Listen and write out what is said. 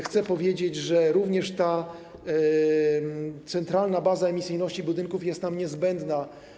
Chcę powiedzieć, że również ta centralna baza emisyjności budynków jest nam niezbędna.